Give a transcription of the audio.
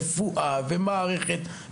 של רפואה ושל מערכת.